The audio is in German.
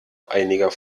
einiger